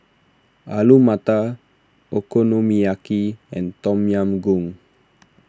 Alu Matar Okonomiyaki and Tom Yam Goong